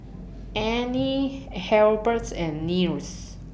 Anne Hilberts and Nils